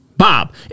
Bob